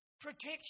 Protection